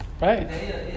Right